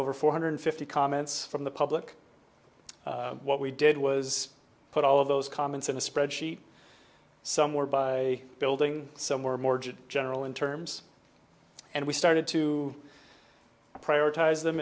over four hundred fifty comments from the public what we did was put all of those comments in a spreadsheet somewhere by building somewhere more general in terms and we started to prioritize